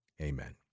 Amen